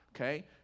Okay